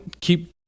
keep